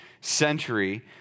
century